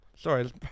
Sorry